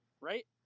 right